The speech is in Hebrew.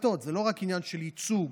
זה לא רק עניין של ייצוג,